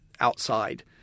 outside